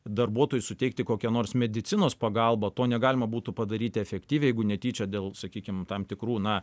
darbuotojui suteikti kokią nors medicinos pagalbą to negalima būtų padaryti efektyviai jeigu netyčia dėl sakykim tam tikrų na